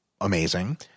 amazing